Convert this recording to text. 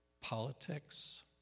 politics